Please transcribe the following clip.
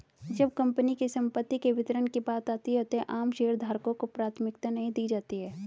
जब कंपनी की संपत्ति के वितरण की बात आती है तो आम शेयरधारकों को प्राथमिकता नहीं दी जाती है